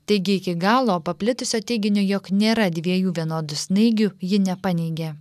taigi iki galo paplitusio teiginio jog nėra dviejų vienodų snaigių ji nepaneigė